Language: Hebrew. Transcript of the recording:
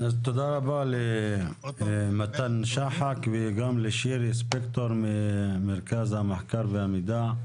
תודה רבה למתן שחק וגם לשירי ספקטור ממרכז המחקר והמידע.